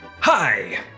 Hi